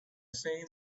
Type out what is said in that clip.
same